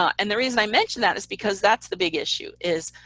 and the reason i mention that is because that's the big issue is